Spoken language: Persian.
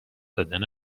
دادن